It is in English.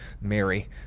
mary